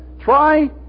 Try